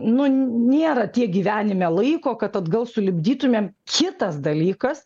nu nėra tiek gyvenime laiko kad atgal sulipdytumėm kitas dalykas